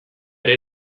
ere